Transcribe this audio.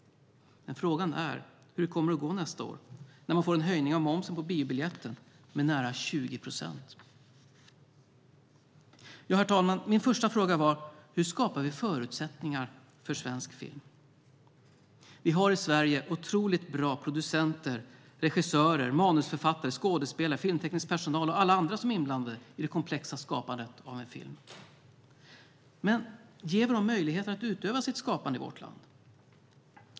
Men frågan är: Hur kommer det att gå nästa år, när man får en höjning av momsen på biobiljetten med nära 20 procent? Herr talman! Min första fråga var: Hur skapar vi förutsättningar för svensk film? Vi har i Sverige otroligt bra producenter, regissörer, manusförfattare, skådespelare, filmteknisk personal och alla andra som är inblandade i det komplexa skapandet av en film. Men ger vi dem möjligheter att utöva sitt skapande i vårt land?